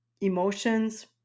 emotions